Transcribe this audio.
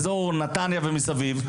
באזור נתניה ומסביב,